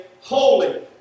holy